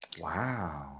Wow